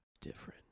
Different